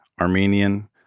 Armenian